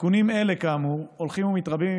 סיכונים אלה כאמור הולכים ומתרבים עם